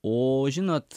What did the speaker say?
o žinot